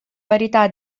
varietà